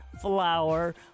flower